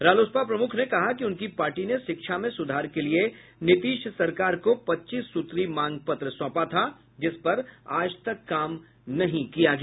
रालोसपा प्रमुख ने कहा कि उनकी पार्टी ने शिक्षा में सुधार के लिए नीतीश सरकार को पच्चीस सूत्री मांग पत्र सौंपा था जिसपर आज तक काम नहीं किया गया